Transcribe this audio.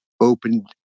opened